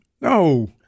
No